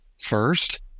first